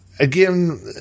Again